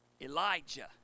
Elijah